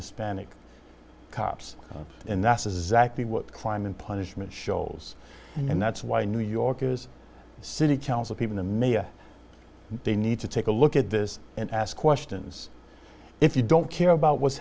hispanic cops and that's exactly what climate punishment scholz and that's why new yorkers city council people the mayor they need to take a look at this and ask questions if you don't care about what's